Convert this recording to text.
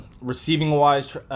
Receiving-wise